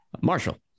Marshall